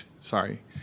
sorry